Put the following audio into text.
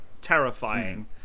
terrifying